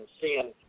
seeing